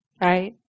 right